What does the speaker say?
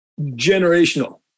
generational